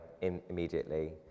immediately